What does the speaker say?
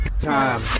time